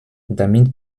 damit